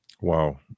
Wow